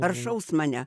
ar šaus mane